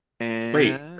Wait